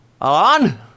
On